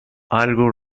algo